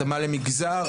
התאמה למגזר,